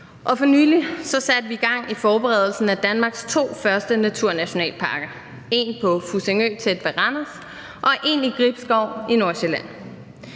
for nylig satte vi gang i forberedelsen af Danmarks to første naturnationalparker – en på Fussingø tæt ved Randers, og en i Gribskov i Nordsjælland.